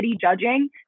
judging